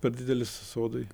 per didelis sodai